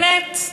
באמת?